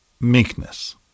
Meekness